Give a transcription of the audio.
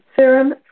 Serum